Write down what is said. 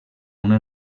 una